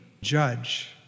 judge